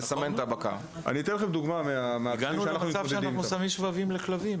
הגענו למצב שאנחנו שמים שבבים לכלבים,